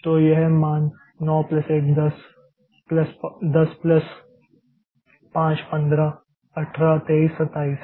तो यह मान 9 प्लस 1 10 प्लस 5 15 18 23 27 है